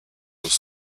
was